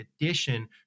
addition